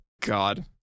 God